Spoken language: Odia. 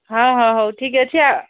ହଁ ହଁ ହଉ ଠିକ୍ ଅଛି ଆ